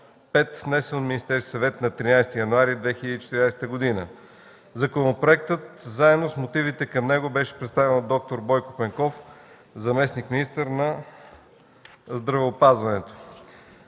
внесен от Министерския съвет на 13 януари 2014 г. Законопроектът заедно с мотивите към него беше представен от д-р Бойко Пенков – заместник-министър на здравеопазването.